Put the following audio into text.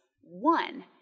One